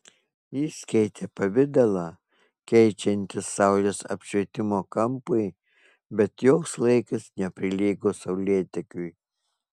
jis keitė pavidalą keičiantis saulės apšvietimo kampui bet joks laikas neprilygo saulėtekiui